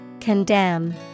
Condemn